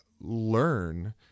learn